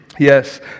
Yes